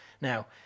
Now